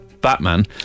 Batman